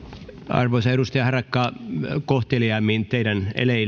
arvoisa edustaja harakka kohteliaimmin teidän